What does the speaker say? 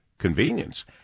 Convenience